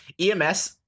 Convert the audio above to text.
EMS